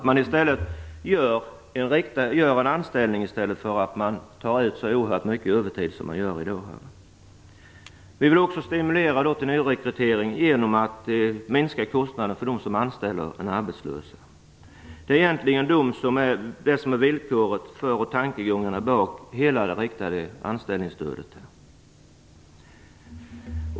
Man skall anställa i stället för att ta ut så oerhört mycket övertid som i dag. Vi vill också stimulera till nyrekrytering genom att minska kostnaden för dem som anställer arbetslösa. Det är egentligen det som är villkoret för och tankegången bakom hela det riktade anställningsstödet.